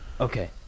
Okay